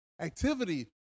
activity